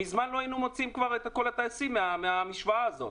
מזמן היינו מוציאים כבר את כל הטייסים מהמשוואה הזאת,